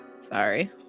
sorry